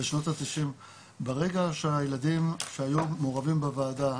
ברגע שהילדים שהיו מעורבים בוועדה,